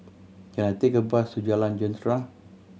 can I take a bus to Jalan Jentera